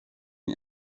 die